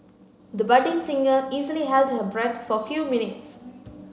the budding singer easily held her breath for few minutes